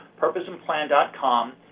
PurposeandPlan.com